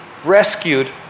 Rescued